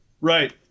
Right